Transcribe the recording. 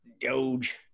Doge